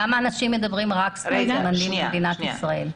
כמה אנשים מדברים רק שפת סימנים במדינת ישראל?